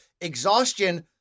exhaustion